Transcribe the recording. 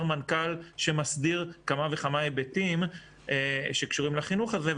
מנכ"ל שמסדיר כמה וכמה היבטים שקשורים לחינוך הזה.